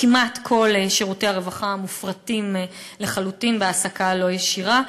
כמעט כל שירותי הרווחה מופרטים לחלוטין בהעסקה לא ישירה.